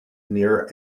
near